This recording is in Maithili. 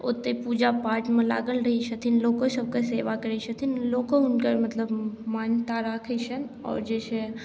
ओते पूजा पाठमे लागल रहै छथिन लोको सबके सेवा करै छथिन लोको हुनकर मतलब मान्यता राखै छनि आओर जे छै